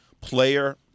player